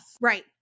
Right